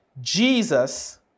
Jesus